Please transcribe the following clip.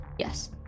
Yes